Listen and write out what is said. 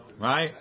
Right